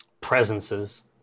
presences